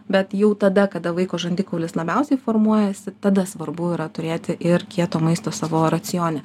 bet jau tada kada vaiko žandikaulis labiausiai formuojasi tada svarbu yra turėti ir kieto maisto savo racione